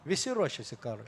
visi ruošiasi karui